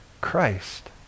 Christ